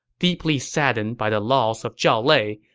deeply saddened by the loss of zhao lei,